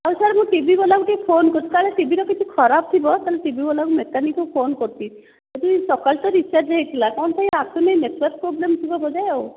ହଉ ସାର୍ ମୁଁ ଟିଭିବାଲାଙ୍କୁ ଟିକିଏ ଫୋନ୍ କରୁଛି କାଳେ ଟିଭିର କିଛି ଖରାପ ଥିବ ତ ଟିଭିବାଲା ମେକାନିକ୍କୁ ଫୋନ୍ କରୁଛି ଆକ୍ଚୁଲି ସକାଳେ ତ ରିଚାର୍ଜ୍ ହୋଇଥିଲା କ'ଣ ପାଇଁ ଆସୁନି ନେଟ୍ୱର୍କ୍ ପ୍ରୋବ୍ଲେମ୍ ଥିବ ବୋଧେ ଆଉ